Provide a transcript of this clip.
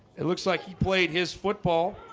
it looks like. he played his football